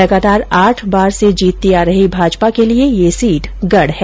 लगातार आठ बार से जीतती आ रही भाजपा के लिये ये सीट गढ हैं